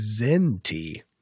zenty